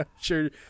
Sure